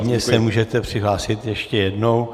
Klidně se můžete přihlásit ještě jednou.